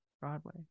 Broadway